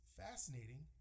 fascinating